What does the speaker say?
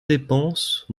dépenses